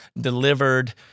delivered